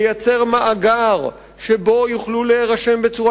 לייצר מאגר שבו יוכלו להירשם בצורה